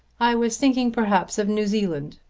i was thinking perhaps of new zealand.